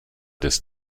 des